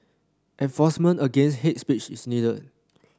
enforcement against hates speech is needed